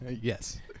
Yes